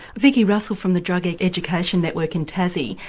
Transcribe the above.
vicki russell from the drug education network in tassie,